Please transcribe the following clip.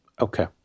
Okay